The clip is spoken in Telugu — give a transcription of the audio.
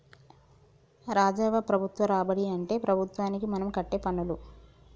రాజవ్వ ప్రభుత్వ రాబడి అంటే ప్రభుత్వానికి మనం కట్టే పన్నులు